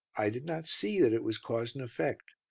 i did not see that it was cause and effect.